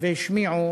והשמיעו